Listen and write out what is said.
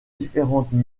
différentes